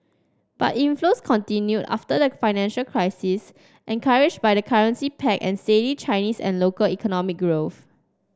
but inflows continued after like financial crisis encouraged by the currency peg and steady Chinese and local economic growth